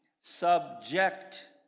Subject